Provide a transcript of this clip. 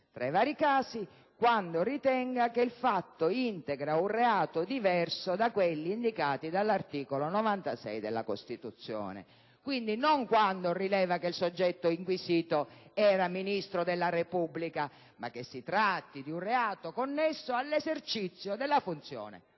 tra i vari casi, quando ritenga che il fatto integra un reato diverso da quelli indicati dall'articolo 96 della Costituzione. Quindi, non quando rileva che il soggetto inquisito era ministro della Repubblica. Si deve invece trattare di un reato connesso all'esercizio della funzione